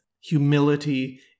humility